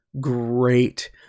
great